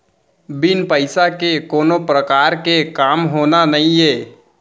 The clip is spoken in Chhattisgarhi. बिन पइसा के कोनो परकार के काम होना नइये